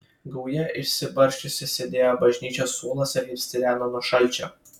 gauja išsibarsčiusi sėdėjo bažnyčios suoluose ir stireno nuo šalčio